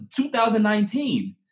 2019